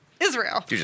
Israel